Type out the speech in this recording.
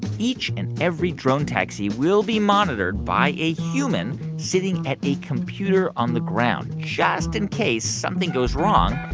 each and every drone taxi will be monitored by a human sitting at a computer on the ground, just in case something goes wrong.